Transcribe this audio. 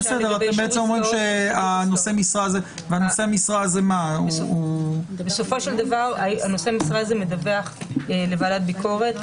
נושא המשרה הוא --- בסופו של דבר הנושא משרה הזה מדווח לוועדת ביקורת,